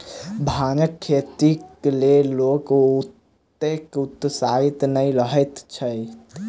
भांगक खेतीक लेल लोक ओतेक उत्साहित नै रहैत छैथ